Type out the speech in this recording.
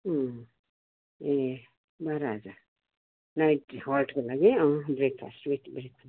अँ ए बाह्र हजार नाइट टी हल्टको लागि अँ ब्रेकफास्ट विथ गरेर